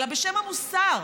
אלא בשם המוסר,